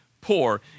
poor